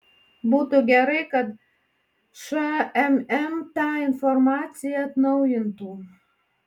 būtų gerai kad šmm tą informaciją atnaujintų